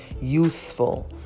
useful